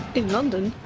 in london,